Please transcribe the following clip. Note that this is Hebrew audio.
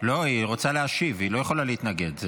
לא, היא רוצה להשיב, היא לא יכולה להתנגד.